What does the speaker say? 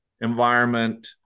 environment